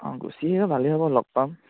অঁ গুছি ভালেই হ'ব লগ পাম